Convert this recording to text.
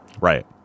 Right